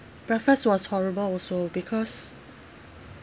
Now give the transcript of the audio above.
breakfast was horrible also because